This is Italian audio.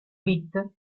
beat